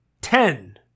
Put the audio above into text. Ten